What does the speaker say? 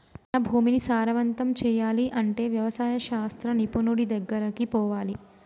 మన భూమిని సారవంతం చేయాలి అంటే వ్యవసాయ శాస్త్ర నిపుణుడి దెగ్గరికి పోవాలి